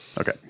Okay